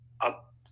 up